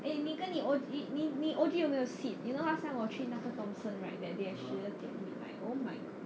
eh 你跟你 O_G 你你你 O_G 有没有 seat you know last time 我去那个 thomson right that day at 十二点 I'm like oh my god